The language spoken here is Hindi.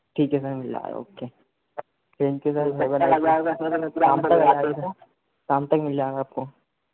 ठीक है सर मिल जाएगा okay thank you sir have a nice day sir शाम तक मिल जाएगा आपको